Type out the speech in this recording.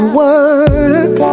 work